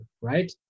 right